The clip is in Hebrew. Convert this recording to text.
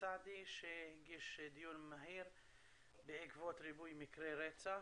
סעדי שהגיש בקשה לדיון מהיר בעקבות ריבוי מקרי רצח.